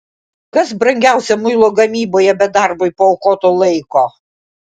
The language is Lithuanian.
kas brangiausia muilo gamyboje be darbui paaukoto laiko